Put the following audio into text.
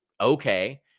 Okay